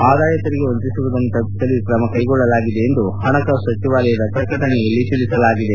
ಆದಾಯ ತೆರಿಗೆ ವಂಚಿಸುವುದನ್ನು ತಪ್ಪಿಸಲು ಈ ಕ್ರಮ ಕೈಗೊಳ್ಳಲಾಗಿದೆ ಎಂದು ಹಣಕಾಸು ಸಚಿವಾಲಯದ ಪ್ರಕಟಣೆಯಲ್ಲಿ ತಿಳಿಸಲಾಗಿದೆ